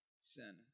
sin